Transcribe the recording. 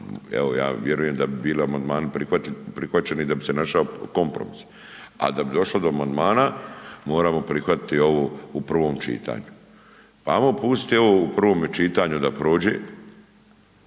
evo ja vjerujem da bi bili amandmani prihvaćeni i da bi se našao kompromis, a da bi došlo do amandmana, moramo prihvatiti ovo u prvom čitanju. Pa ajmo pustiti ovo u prvome čitanju da prođe,